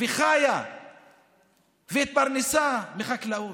חיה והתפרנסה מחקלאות,